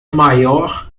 maior